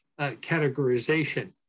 categorization